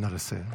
נא לסיים.